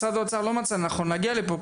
משרד האוצר לא מצא לנכון להגיע לפה.